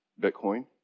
Bitcoin